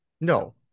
No